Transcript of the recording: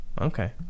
Okay